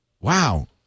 Wow